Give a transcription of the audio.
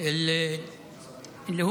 בנוגע לחוק הגזעני הזה,